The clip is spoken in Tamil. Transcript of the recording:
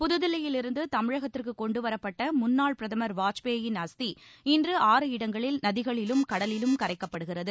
புதுதில்லியிலிருந்து தமிழகத்திற்கு கொண்டு வரப்பட்ட முன்னாள் பிரதமர் வாஜ்பேயி யின் அஸ்தி இன்று ஆறு இடங்களில் நதிகளிலும் கடலிலும் கரைக்கப்படுகிறது